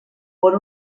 por